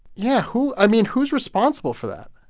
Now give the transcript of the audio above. yeah. who i mean, who's responsible for that?